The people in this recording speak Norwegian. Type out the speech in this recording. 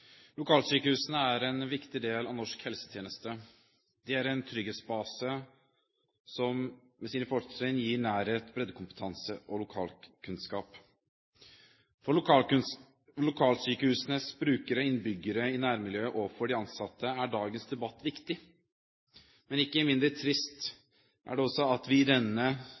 Lokalsykehusene er en viktig del av norsk helsetjeneste. De er en trygghetsbase som har sine fortrinn i nærhet, breddekompetanse og lokalkunnskap. For lokalsykehusenes brukere, innbyggerne i nærmiljøet og for de ansatte er dagens debatt viktig. Ikke mindre trist er det at vi